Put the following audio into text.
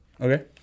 Okay